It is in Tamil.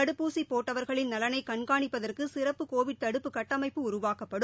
தடுப்பூசி போட்டவர்களின் நலனை கண்காணிப்பதற்கு சிறப்பு கோவிட் தடுப்பு கட்டமைப்பு உருவாக்கப்படும்